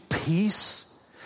peace